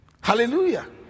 hallelujah